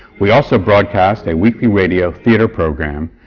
we also broadcast a weekly radio theatre program,